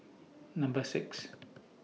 Number six